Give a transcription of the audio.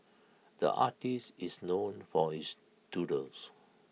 the artist is known for his doodles